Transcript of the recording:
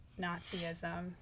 Nazism